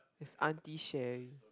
is auntie Sherley